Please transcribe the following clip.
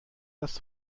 das